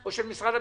לכן זה לא הטיעון.